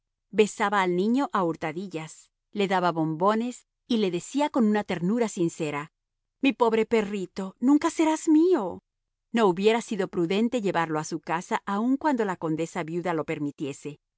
besaba al niño a hurtadillas le daba bombones y le decía con una ternura sincera mi pobre perrito nunca serás mío no hubiera sido prudente llevarlo a su casa aun cuando la condesa viuda lo permitiese